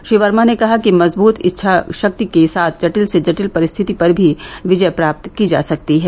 श्री वर्मा ने कहा कि मजबूत इच्छाशक्ति के साथ जटिल से जटिल परिस्थिति पर भी विजय प्राप्त की जा सकती है